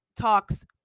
talks